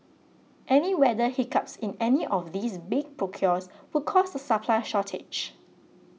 any weather hiccups in any of these big procures would cause a supply shortage